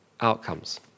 outcomes